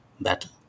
battle